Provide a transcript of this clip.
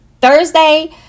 Thursday –